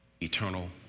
eternal